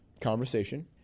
conversation